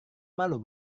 malu